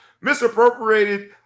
misappropriated